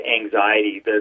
anxiety